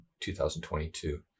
2022